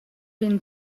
been